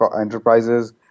enterprises